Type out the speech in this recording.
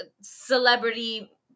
celebrity